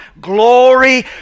glory